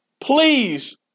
please